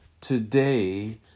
Today